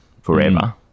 forever